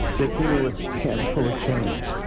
they came ah with hands full of change